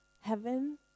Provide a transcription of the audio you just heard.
heaven